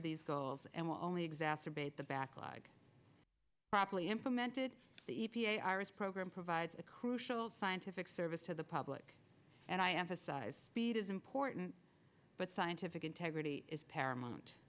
to these goals and will only exacerbate the backlog properly implemented the e p a iris program provides a crucial scientific service to the public and i emphasize speed is important but scientific integrity is paramount